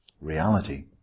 reality